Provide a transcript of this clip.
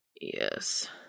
Yes